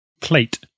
plate